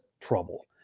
trouble